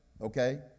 okay